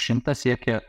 šimtą siekia